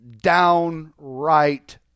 downright